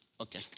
Okay